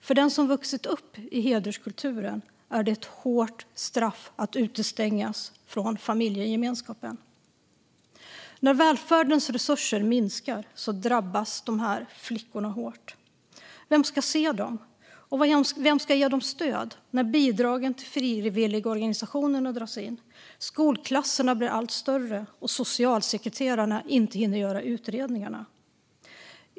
För den som vuxit upp i hederskulturen är det ett hårt straff att utestängas från familjegemenskapen. När välfärdens resurser minskar drabbas de här flickorna hårt. Vem ska se dem och vem ska ge dem stöd när bidragen till frivilligorganisationerna dras in, skolklasserna blir allt större och socialsekreterarna inte hinner göra utredningarna?